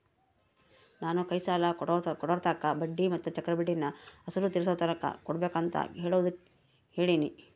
ನಾನು ಕೈ ಸಾಲ ಕೊಡೋರ್ತಾಕ ಬಡ್ಡಿ ಮತ್ತೆ ಚಕ್ರಬಡ್ಡಿನ ಅಸಲು ತೀರಿಸೋತಕನ ಕೊಡಬಕಂತ ಹೇಳೋದು ಕೇಳಿನಿ